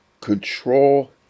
Control